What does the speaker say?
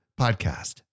podcast